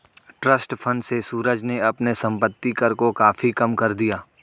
trust fund से सूरज ने अपने संपत्ति कर को काफी कम कर दिया